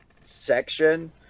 section